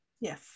Yes